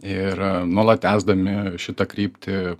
ir nuolat tęsdami šitą kryptį